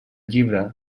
llibre